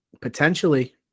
potentially